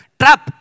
trap